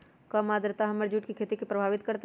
कम आद्रता हमर जुट के खेती के प्रभावित कारतै?